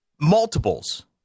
multiples